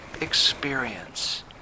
experience